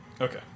Okay